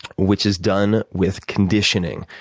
which is done with conditioning,